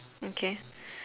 okay